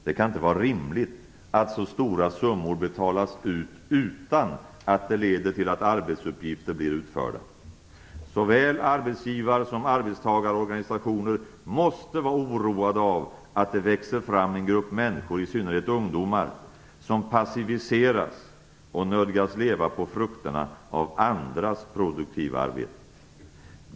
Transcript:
Det kan inte vara rimligt att så stora summor betalas ut utan att det leder till att arbetsuppgifter blir utförda. Såväl arbetsgivar som arbetstagarorganisationer måste vara oroade av att det växer fram en grupp människor, i synnerhet ungdomar, som passiviseras och nödgas leva på frukterna av andras produktiva arbete.